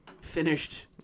finished